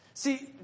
See